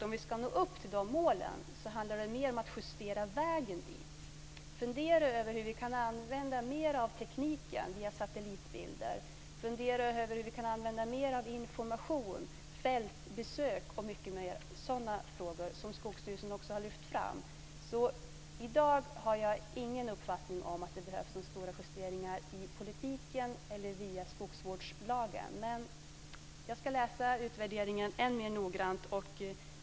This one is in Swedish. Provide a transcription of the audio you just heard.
Om vi ska nå upp till de målen handlar det mer om att justera vägen dit, fundera över hur vi kan använda mer av tekniken med satellitbilder, information, fältbesök osv. och andra frågor som Skogsstyrelsen har lyft fram. I dag har jag ingen uppfattning om att det behövs stora justeringar i politiken eller i skogsvårdslagen. Jag ska läsa utvärderingen än mer noggrant.